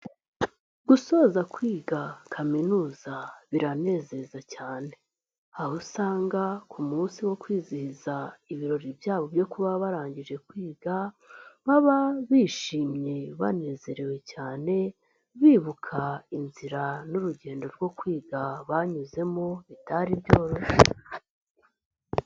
Gusoza kwiga kaminuza biranezeza cyane. Aho usanga ku munsi wo kwizihiza ibirori byabo byo kuba barangije kwiga, baba bishimye banezerewe cyane, bibuka inzira n'urugendo rwo kwiga banyuzemo, bitari byoroshye.